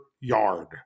yard